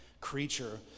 creature